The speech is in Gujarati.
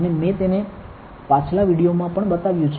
અને મેં તેને પાછલા વિડિઓમાં પણ બતાવ્યું છે